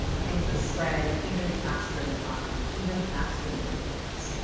things that spread even faster than poverty, even faster than opioids.